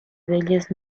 bellas